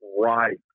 right